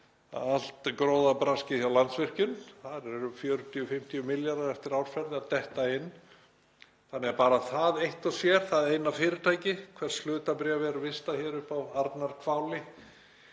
utan um allt gróðabraskið hjá Landsvirkjun. Þar eru 40–50 milljarðar eftir árferði að detta inn þannig að bara það eitt og sér, það eina fyrirtæki, hvers hlutabréf er vistað upp á Arnarhváli,